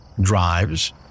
drives